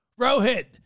Rohit